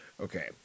okay